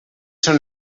són